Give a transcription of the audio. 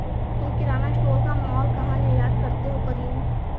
तुम किराना स्टोर का मॉल कहा निर्यात करते हो करीम?